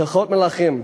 בהלכות מלכים,